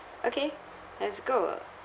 okay let's go